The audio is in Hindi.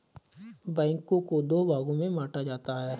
बैंकों को दो भागों मे बांटा जाता है